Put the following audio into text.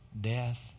death